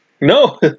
No